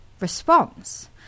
response